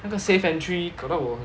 那个 safe entry 搞到我